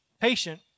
patient